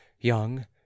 young